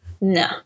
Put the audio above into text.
No